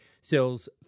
sells